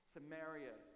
Samaria